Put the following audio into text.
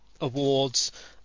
awards